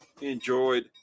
enjoyed